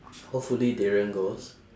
hopefully darrien goes